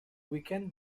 weekend